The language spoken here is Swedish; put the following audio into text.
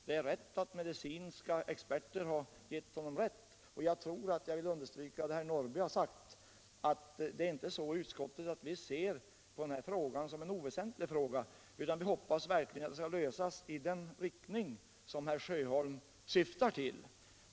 Det är riktigt att medicinska experter har gett honom rätt, och jag vill också understryka vad herr Norrby sade, nämligen att det inte är så att vi i utskottet betraktar den här frågan som oväsentlig, utan vi hoppas verkligen att lösningen av den sker i den riktning som herr Sjöholm syftar till.